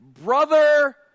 brother